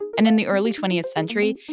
and in the early twentieth century,